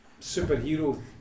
superhero